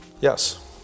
Yes